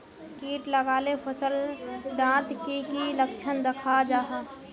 किट लगाले फसल डात की की लक्षण दखा जहा?